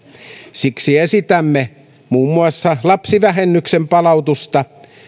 siksi esitämme muun muassa lapsivähennyksen palautusta